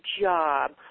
job